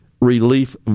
relief